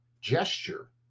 gesture